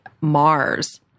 Mars